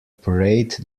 parade